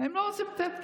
הם לא רוצים לתת כסף.